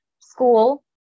school